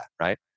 right